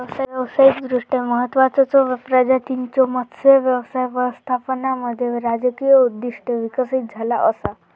व्यावसायिकदृष्ट्या महत्त्वाचचो प्रजातींच्यो मत्स्य व्यवसाय व्यवस्थापनामध्ये राजकीय उद्दिष्टे विकसित झाला असा